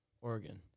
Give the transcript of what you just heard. Oregon